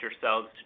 yourselves